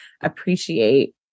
appreciate